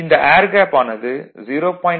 இந்த air gap ஆனது 0